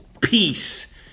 peace